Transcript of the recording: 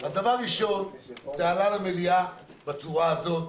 אז דבר ראשון זה עלה למליאה בצורה הזאת,